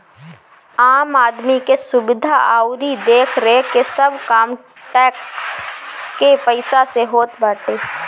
आम आदमी के सुविधा अउरी देखरेख के सब काम टेक्स के पईसा से होत बाटे